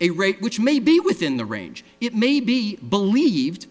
a rate which may be within the range it may be believed